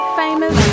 famous